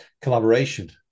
collaboration